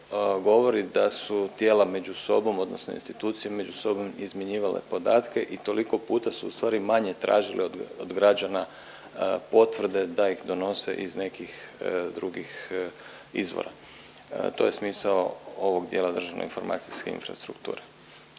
govori da su tijela među sobom, odnosno institucije među sobom izmjenjivale podatke i toliko puta su u stvari manje tražile od građana potvrde da ih donose iz nekih drugih izvora. To je smisao ovog dijela državne informacijske infrastrukture.